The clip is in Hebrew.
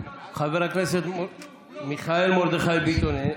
חבר הכנסת מיכאל מרדכי ביטון,